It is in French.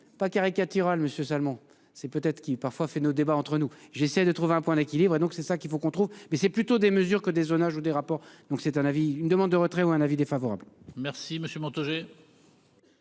Pas caricaturale monsieur seulement c'est peut-être qui parfois fait nos débats entre nous, j'essaie de trouver un point d'équilibre et donc c'est ça qu'il faut qu'on trouve mais c'est plutôt des mesures que des zonages ou des rapports donc c'est un avis, une demande de retrait ou un avis défavorable. Merci monsieur